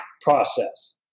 process